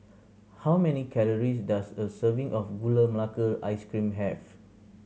how many calories does a serving of Gula Melaka Ice Cream have